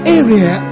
area